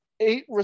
Eight